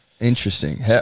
Interesting